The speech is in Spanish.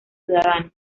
ciudadanos